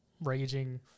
raging